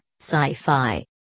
Sci-Fi